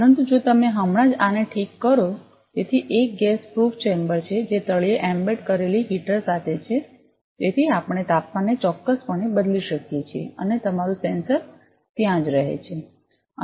પરંતુ જો તમે હમણાં જ આને ઠીક કરો તેથી તે એક ગેસ પ્રૂફ ચેમ્બર છે જે તળિયે એમ્બેડ કરેલી હીટરસાથે છે તેથી આપણે તાપમાનને ચોક્કસપણે બદલી શકીએ છીએ અને તમારું સેન્સર ત્યાં જ રહે છે